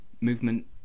movement